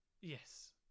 Yes